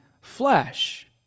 flesh